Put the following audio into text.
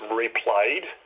replayed